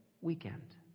weekend